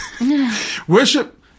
worship